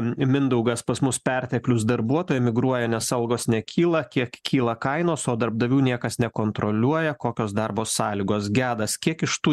mindaugas pas mus perteklius darbuotojai emigruoja nes algos nekyla kiek kyla kainos o darbdavių niekas nekontroliuoja kokios darbo sąlygos gedas kiek iš tų